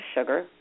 sugar